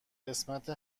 قسمت